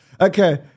Okay